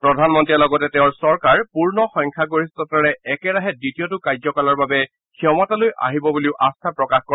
প্ৰধানমন্ত্ৰীয়ে লগতে তেওঁৰ চৰকাৰ পূৰ্ণ সংখ্যাগৰিষ্ঠতাৰে একেৰাহে দ্বিতীয়টো কাৰ্য্যকালৰ বাবে ক্ষমতালৈ আহিব বুলিও আস্থা প্ৰকাশ কৰে